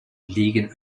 liegen